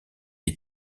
est